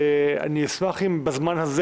אשמח אם בזמן הזה